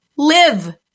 Live